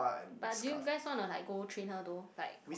but do you guys wanna like go train her though like